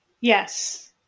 Yes